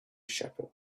shepherd